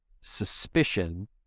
suspicion